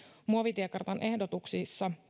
muovitiekartan ehdotuksissa